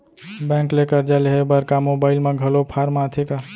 Bank ले करजा लेहे बर का मोबाइल म घलो फार्म आथे का?